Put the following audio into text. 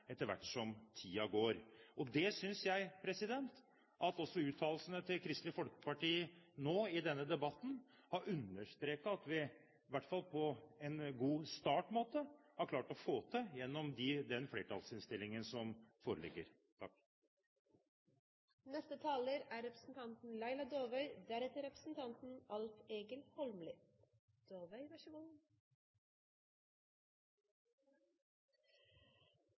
etter hvert som tiden går. Jeg synes også at uttalelsene til Kristelig Folkeparti nå i denne debatten understreket at vi, i hvert fall på en god startmåte, har klart å få til det gjennom den flertallsinnstillingen som foreligger.